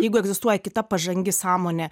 jeigu egzistuoja kita pažangi sąmonė